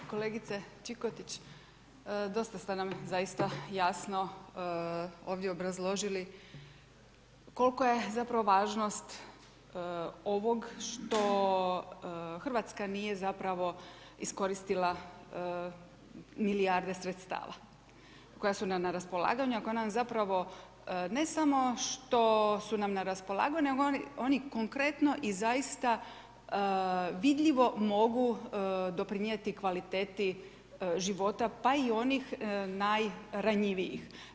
Kolegice Čikotić, dosta ste nam zaista jasno ovdje obrazložili koliko je zapravo važnost ovog što RH nije, zapravo, iskoristila milijarde sredstava, koja su nam na raspolaganju, a koja nam zapravo, ne samo što su nam na raspolaganju, nego oni konkretno i zaista vidljivo mogu doprinijeti kvaliteti života, pa i onih najranjivijih.